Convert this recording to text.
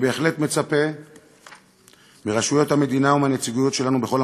אני בהחלט מצפה מרשויות המדינה ומהנציגויות שלנו בכל